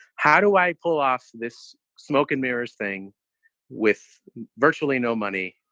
how do i pull off this smoke and mirrors thing with virtually no money?